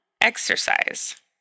exercise